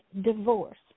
divorce